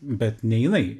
bet ne jinai